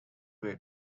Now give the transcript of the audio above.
way